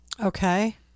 Okay